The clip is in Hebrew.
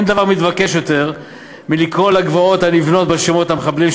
אין דבר מתבקש יותר מלקרוא לגבעות הנבנות בשמות המחבלים,